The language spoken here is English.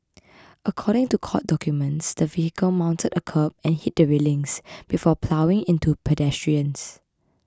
according to court documents the vehicle mounted a kerb and hit the railings before ploughing into pedestrians